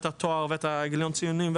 את התואר ואת גיליון הציונים,